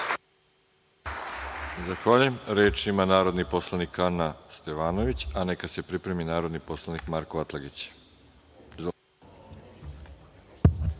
Zahvaljujem. Reč ima narodni poslanik Ana Stevanović, a neka se pripremi narodni poslanik Marko Atlagić.